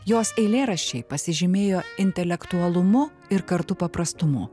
jos eilėraščiai pasižymėjo intelektualumu ir kartu paprastumu